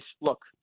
look